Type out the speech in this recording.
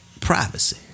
Privacy